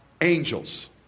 angels